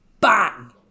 bang